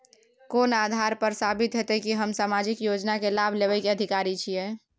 कोन आधार पर साबित हेते की हम सामाजिक योजना के लाभ लेबे के अधिकारी छिये?